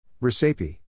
Recipe